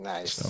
Nice